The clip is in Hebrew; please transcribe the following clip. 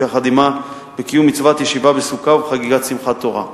יחד עמה בקיום מצוות ישיבה בסוכה ובחגיגת שמחת תורה.